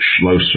Schlosser